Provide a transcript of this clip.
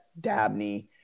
Dabney